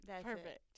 perfect